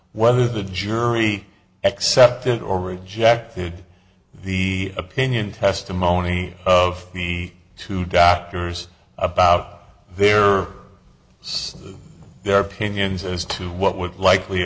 whether the jury accepted or rejected the opinion testimony of the two doctors about there are some of their opinions as to what would likely